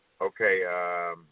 Okay